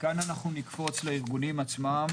מכאן אנחנו נקפוץ לארגונים עצמם.